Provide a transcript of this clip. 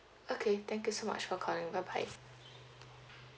okay thank you so much for calling bye bye